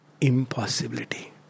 impossibility